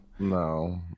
No